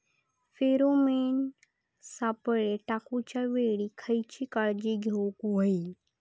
Pheromone सापळे टाकूच्या वेळी खयली काळजी घेवूक व्हयी?